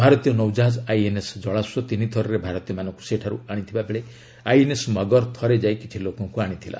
ଭାରତୀୟ ନୌଜାହାଜ ଆଇଏନ୍ଏସ୍ ଜଳାଶ୍ୱ ତିନିଥରରେ ଭାରତୀୟମାନଙ୍କୁ ସେଠାରୁ ଆଣିଥିବା ବେଳେ ଆଇଏନ୍ଏସ୍ ମଗର ଥରେ ଯାଇ କିଛି ଲୋକଙ୍କୁ ଆଶିଥିଲା